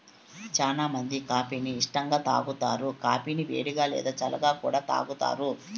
చానా మంది కాఫీ ని ఇష్టంగా తాగుతారు, కాఫీని వేడిగా, లేదా చల్లగా కూడా తాగుతారు